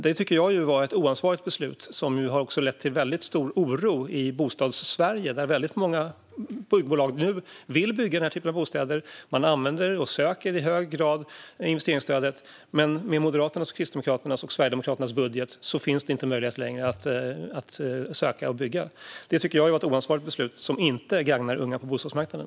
Detta var ett oansvarigt beslut som har lett till stor oro i Bostadssverige, där många byggbolag nu vill bygga den typen av bostäder. De använder och söker i hög grad investeringsstödet, men med Moderaternas, Kristdemokraternas och Sverigedemokraternas budget finns det inte längre möjlighet att söka och bygga. Jag tycker att det var ett oansvarigt beslut som inte gagnar unga på bostadsmarknaden.